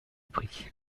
prix